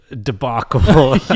debacle